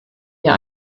hier